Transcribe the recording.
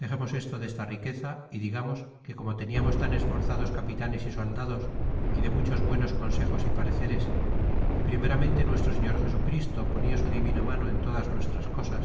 dexemos esto desta riqueza y digamos que como teniamos tan esforzados capitanes y soldados y de muchos buenos consejos y pareceres y primeramente nuestro señor jesu christo ponla su divina mano en todas nuestras cosas